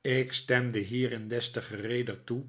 ik stemde hierin des te gereeder toe